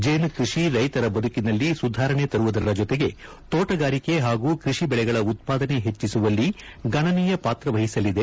ಜೇನು ಕೃಷಿ ರೈತರ ಬದುಕಿನಲ್ಲಿ ಸುಧಾರಣೆ ತರುವುದರ ಜೊತೆಗೆ ತೋಟಗಾರಿಕೆ ಹಾಗೂ ಕೃಷಿ ಬೆಳೆಗಳ ಉತ್ಪಾದನೆ ಹೆಚ್ಚಿಸುವಲ್ಲಿ ಗಣನೀಯ ಪಾತ್ರ ವಹಿಸಲಿದೆ